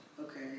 Okay